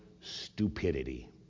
stupidity